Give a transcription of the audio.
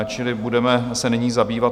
Čili budeme se nyní zabývat